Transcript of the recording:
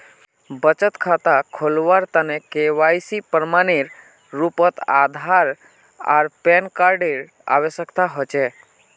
बचत खता खोलावार तने के.वाइ.सी प्रमाण एर रूपोत आधार आर पैन कार्ड एर आवश्यकता होचे